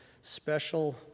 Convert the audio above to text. special